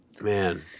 Man